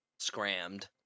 Scrammed